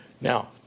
Now